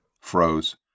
froze